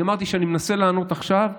אני אמרתי שכשאני מנסה לענות עכשיו,